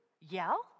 Yell